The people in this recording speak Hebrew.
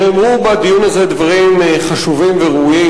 נאמרו בדיון הזה דברים חשובים וראויים,